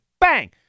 Bang